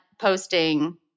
posting